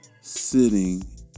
sitting